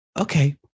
Okay